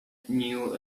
knew